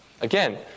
Again